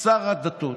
שר הדתות,